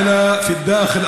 לדבר.